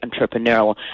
entrepreneurial